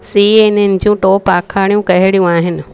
CNN जो top आख़णियूं कहिड़ियूं आहिनि